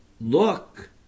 look